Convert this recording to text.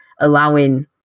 allowing